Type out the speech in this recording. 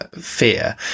fear